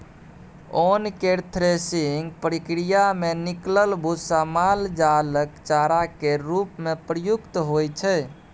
ओन केर थ्रेसिंग प्रक्रिया मे निकलल भुस्सा माल जालक चारा केर रूप मे प्रयुक्त होइ छै